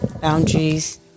boundaries